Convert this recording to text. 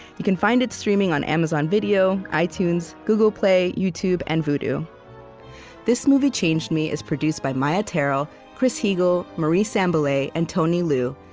you can find it streaming on amazon video, itunes, googleplay, youtube, and vudu this movie changed me is produced by maia tarrell, chris heagle, marie sambilay, and tony liu,